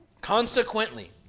Consequently